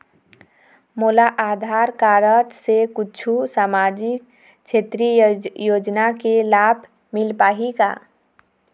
मोला आधार कारड से कुछू सामाजिक क्षेत्रीय योजना के लाभ मिल पाही का?